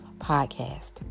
Podcast